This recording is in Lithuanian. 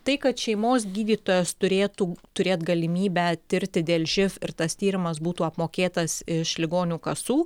tai kad šeimos gydytojas turėtų turėt galimybę tirti dėl živ ir tas tyrimas būtų apmokėtas iš ligonių kasų